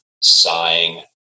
sighing